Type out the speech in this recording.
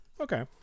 Okay